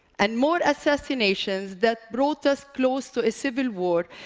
and more assassinations that brought us close to a civil war.